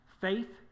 Faith